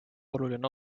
oluline